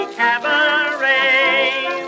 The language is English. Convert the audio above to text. cabaret